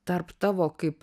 tarp tavo kaip